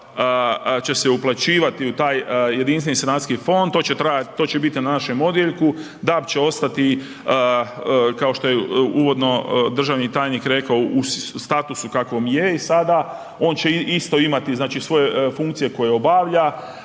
će se uplaćivati u taj jedinstveni sanacijski fond, to će trajati, to će biti na našem odjeljku, DAB će ostati kao što je uvodno državni tajnik rekao, u statusu kakvom je i sada, on će isto imati znači svoje funkcije koje obavlja,